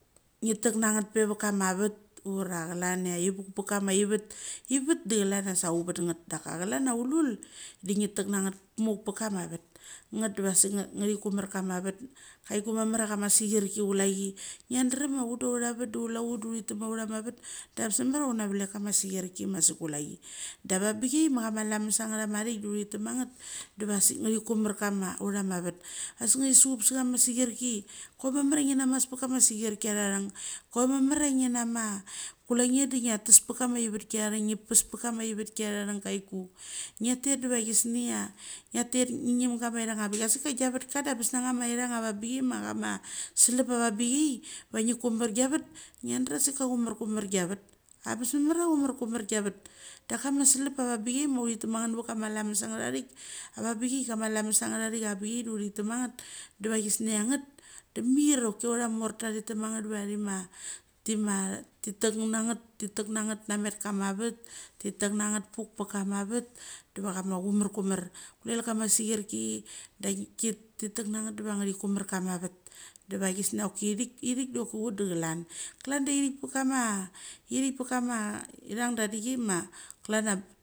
Ngetkna nget pevith chama vath ura kalan chia ivuk pe chama ivath, ivath, ivath de kalan chia sha upet nget. Daklan chia ulul de nge tethna nget mouk pe veth chama vath nget ngri chumar chama vath. Chai chu mamar chia chama sechiareke chulailai ngedarem chia uth da urthma valth da chula uth da ure tethepe urama vath da abes mamar chia uri velk chama sechareke masek chulagi da vabichai ma chama lames angrarik da ure temanget deva achasik ngri chumar chama urama vath. Da chasik ngri suchup chama sechiareke, chaimamar chia ngnamas pe chama sechiareke amarang chui mama chai ngna ma chuleng de ngn tishpe chema ivethchia arang avangbik. Chiasik chia giavath cha da abes ngu chama chairang avanbik chia ma chama salep chiavang bichai vang chumar chia vath ngedra chasik chum mar chamar chia vath. Abes mamar chia chu mar chumar chia vath da chama salep avangbichai ma urit lema ngwt ngvet chama lames angrek avabichai cha ma lames angreik avabichai chama lases agrarek deva chesnia ngth da cha chura mortha tema varema tethna nght tetethna nght namet chama vath, teth tethna puchu pe chama vath deva chama chumar chumar. Chulal chama sechiareke, da tehtra nget deva teth chumar chama vath, deva chesnga ochirek dochu uth da kahe. Klan da lerek pe chama ierek irang da de chia ma klan chia.